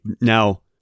Now